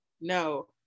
No